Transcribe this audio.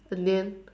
in the end